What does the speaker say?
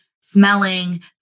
smelling